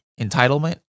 Entitlement